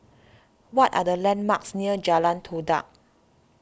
what are the landmarks near Jalan Todak